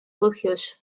põhjus